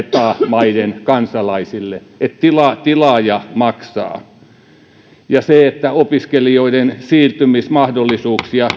maiden kansalaisille että tilaaja maksaa se että opiskelijoiden siirtymismahdollisuuksia